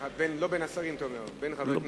לא בין השרים, אתה אומר, בין חברי הכנסת.